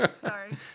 Sorry